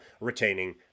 retaining